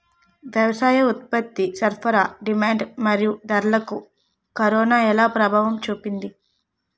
వ్యవసాయ ఉత్పత్తి సరఫరా డిమాండ్ మరియు ధరలకు కరోనా ఎలా ప్రభావం చూపింది